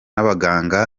abaganga